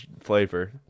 flavor